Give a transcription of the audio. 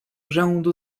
rzędu